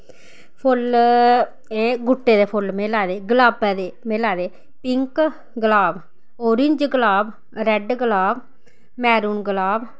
फुल्ल एह् गुट्टे दे फुल्ल में लाए दे गलाबै दे में लाए दे पिंक गलाब ओरेंज गलाब रैड्ड गलाब मैरून गलाब